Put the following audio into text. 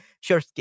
Sure